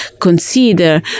consider